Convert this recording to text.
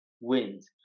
wins